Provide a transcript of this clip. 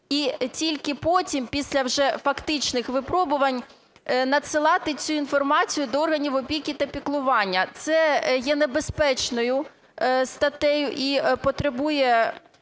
І тільки потім, після вже фактичних випробувань, надсилати цю інформацію до органів опіки та піклування. Це є небезпечною статтею і потребує